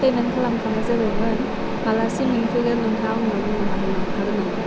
पेमेन खालामखानाय जाबायमोन मालासिम मोनफैगोन नोंथाङा आंनो बुंनो हागौ हागोन नामा